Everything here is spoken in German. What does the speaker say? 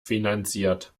finanziert